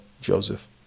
Joseph